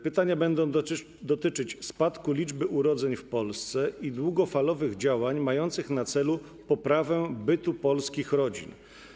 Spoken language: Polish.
Pytania będą dotyczyć spadku liczby urodzeń w Polsce i długofalowych działań mających na celu poprawę bytu polskich rodzin.